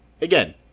again